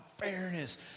fairness